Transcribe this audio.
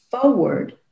forward